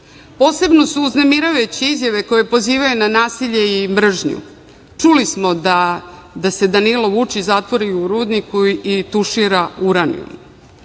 Posebno su uznemirujuće izjave koje pozivaju na nasilje i mržnju. Čuli smo da se Danilo Vučić zatvori u rudnik i tušira uranijumom.